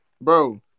bro